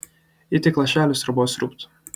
ji tik lašelį sriubos sriūbt